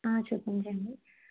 చూపించండి